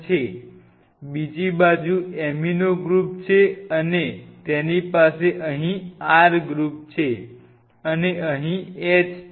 છે બીજી બાજુ એમિનો ગ્રુપ છે અને તેની પાસે અહીં R ગ્રુપ છે અને અહીં H છે